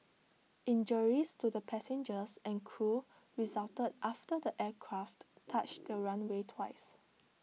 injuries to the passengers and crew resulted after the aircraft touched the runway twice